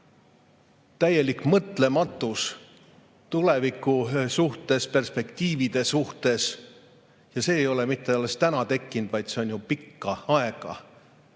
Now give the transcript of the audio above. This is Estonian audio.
täielik mõtlematus tuleviku suhtes, perspektiivide suhtes. Ja see ei ole mitte alles täna tekkinud, see on ju pikka aega